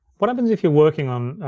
what happens if you're working on,